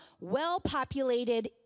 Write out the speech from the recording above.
well-populated